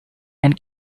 and